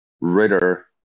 Ritter